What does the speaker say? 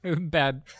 bad